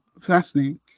Fascinating